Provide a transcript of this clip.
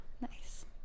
nice